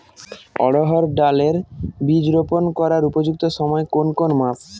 অড়হড় ডাল এর বীজ রোপন করার উপযুক্ত সময় কোন কোন মাস?